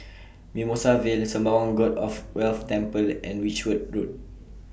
Mimosa Vale Sembawang God of Wealth Temple and Whitchurch Road